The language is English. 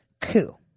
coup